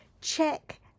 check